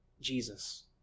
Jesus